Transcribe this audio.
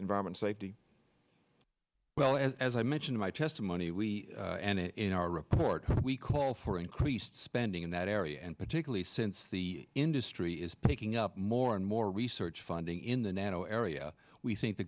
environment safety well as i mentioned my testimony we and in our report we call for increased spending in that area and particularly since the industry is picking up more and more research funding in the narrow area we think the